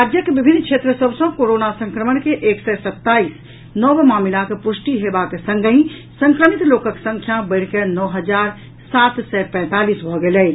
राज्यक विभिन्न क्षेत्र सभ सँ कोरोना संक्रमण के एक सय सत्ताईस नव मामिलाक पुष्टि हेबाक संगहि संक्रमित लोकक संख्या बढ़ि कऽ नओ हजार सात सय पैंतालीस भऽ गेल अछि